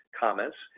comments